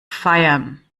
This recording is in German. feiern